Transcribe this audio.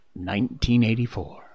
1984